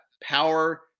power